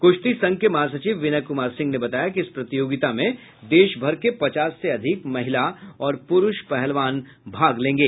कृश्ती संघ के महासचिव विनय कुमार सिंह ने बताया कि इस प्रतियोगिता में देश भर के पचास से अधिक महिला और पुरूष पहलवान भाग लेंगे